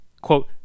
quote